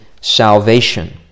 salvation